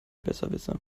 besserwisser